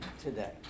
today